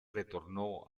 retornó